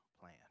plan